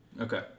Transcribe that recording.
Okay